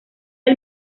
del